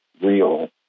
real